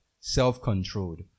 self-controlled